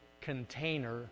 container